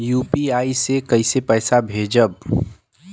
UPI से कईसे पैसा भेजब?